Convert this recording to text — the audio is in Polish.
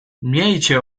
miejcie